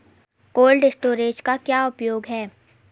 Cold storage का क्या उपयोग है?